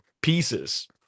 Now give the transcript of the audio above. Pieces